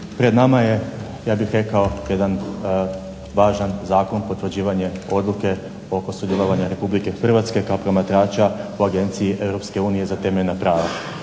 Pred nama je ja bih rekao jedan važan zakon, potvrđivanje odluke oko sudjelovanja Republike Hrvatske kao promatrača u agenciji Europske unije za temeljna prava.